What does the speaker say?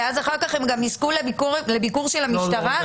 ואחר כך הם גם יזכו לביקור של המשטרה?